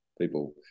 People